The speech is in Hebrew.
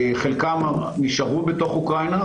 חלקם נשארו בתוך אוקראינה,